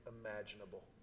imaginable